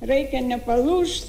reikia nepalūžt